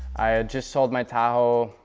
i had just sold my tahoe,